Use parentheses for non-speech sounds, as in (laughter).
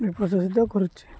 (unintelligible) ପ୍ରଶାସିତ କରୁଛି